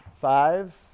Five